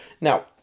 now